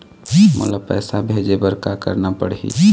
मोला पैसा भेजे बर का करना पड़ही?